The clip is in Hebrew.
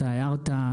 אתה הערת.